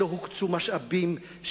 שלא הוקצו משאבים,